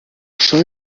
شاید